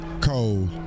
cold